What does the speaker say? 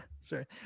sorry